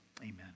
Amen